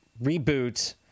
reboot